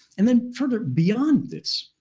and then further beyond this,